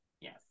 Yes